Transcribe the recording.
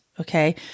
okay